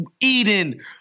Eden